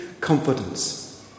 confidence